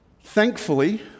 Thankfully